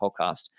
podcast